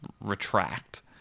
retract